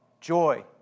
joy